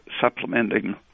supplementing